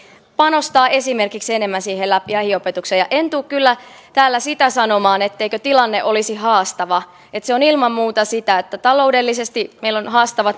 panostaa esimerkiksi enemmän siihen lähiopetukseen en tule kyllä täällä sitä sanomaan etteikö tilanne olisi haastava se on ilman muuta sitä taloudellisesti meillä on haastava